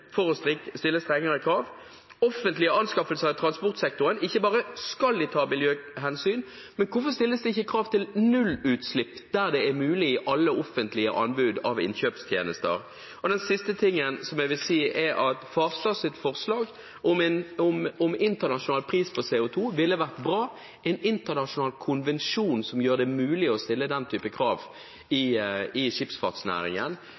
offentlige anskaffelser i transportsektoren skal man ikke bare ta miljøhensyn. Men hvorfor stilles det ikke krav til nullutslipp der det er mulig ved alle offentlige anbud på innkjøpstjenester? Og den siste tingen som jeg vil si, er at Farstads forslag om en internasjonal pris på CO2 ville vært bra. En internasjonal konvensjon som gjør det mulig å stille den type krav